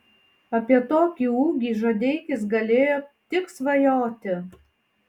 apie tokį ūgį žadeikis galėjo tik svajoti